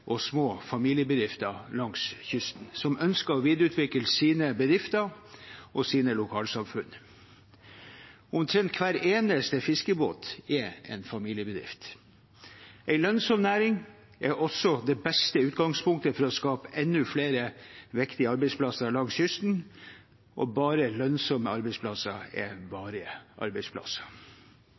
og sma? familiebedrifter langs kysten som ønsker a? videreutvikle sine bedrifter og lokalsamfunn. Omtrent hver eneste fiskeba?t er en familiebedrift. En lønnsom næring er også det beste utgangspunktet for a? skape enda flere viktige arbeidsplasser langs kysten. Bare lønnsomme arbeidsplasser er varige arbeidsplasser.